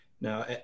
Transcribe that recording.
Now